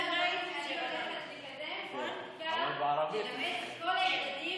בגלל זה אני הולכת לקדם ללמד את כל הילדים